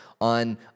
on